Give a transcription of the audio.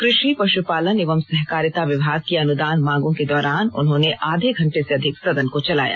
कृषि पशुपालन एवं सहकारिता विभाग की अनुदान मांगो के दौरान उन्होंने आधे घंटे से अधिक सदन को चलाया